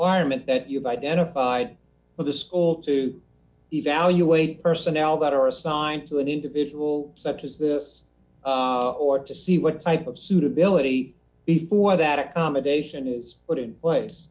arment that you've identified with the school to evaluate personnel that are assigned to an individual such as this or to see what type of suitability before that accommodation is put in place